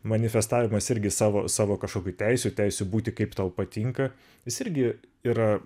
manifestavimas irgi savo savo kažkokių teisių teisių būti kaip tau patinka jis irgi yra